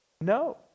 No